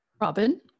Robin